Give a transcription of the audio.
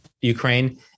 Ukraine